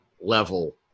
level